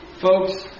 Folks